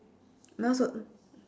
mine also